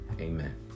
amen